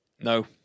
No